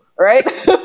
right